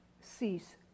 cease